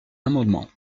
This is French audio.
amendement